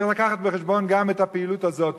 צריך להביא בחשבון גם את הפעילות הזאת,